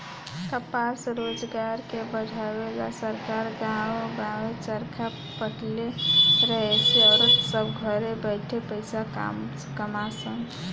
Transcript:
कपास रोजगार के बढ़ावे ला सरकार गांवे गांवे चरखा बटले रहे एसे औरत सभ घरे बैठले पईसा कमा सन